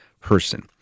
person